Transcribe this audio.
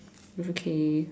okay